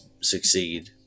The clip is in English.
succeed